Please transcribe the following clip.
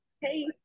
hey